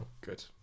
good